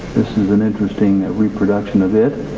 this is an interesting reproduction of it.